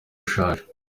ushaje